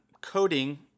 coding